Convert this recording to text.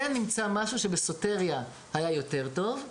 כן נמצא משהו שהיה יותר טוב בסוטריה,